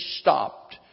stopped